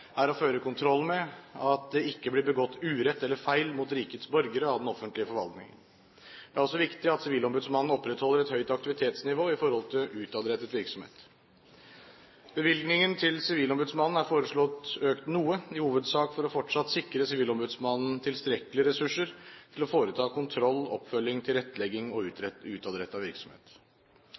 er å føre kontroll med at det ikke blir begått urett eller feil mot rikets borgere av den offentlige forvaltningen. Det er også viktig at sivilombudsmannen opprettholder et høyt aktivitetsnivå i forhold til utadrettet virksomhet. Bevilgningen til sivilombudsmannen er foreslått økt noe, i hovedsak for fortsatt å sikre sivilombudsmannen tilstrekkelige ressurser til å foreta kontroll, oppfølging, tilrettelegging og utadrettet virksomhet.